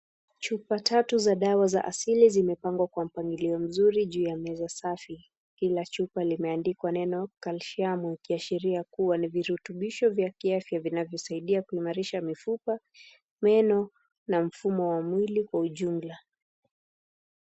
Chupa tatu za dawa za asili zimepabgwa kwa m0angilio mzuri juu ya meza safi. Kila chupa imeandikwa calcium ikiashiria kuwa ni virutubisho vya kiafya vinavyosaidia kuimarisha mifupa, meno na mfumo wa mwili kwa ujumla.